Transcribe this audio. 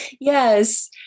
Yes